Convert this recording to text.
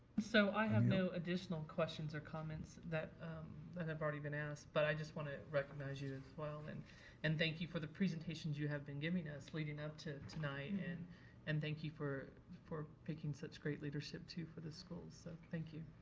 so i have no additional questions or comments that have already been asked but i just wanna recognize you as well and and thank you for the presentations you have been giving us leading up to tonight and and thank you for for picking such great leadership too for the school so thank you.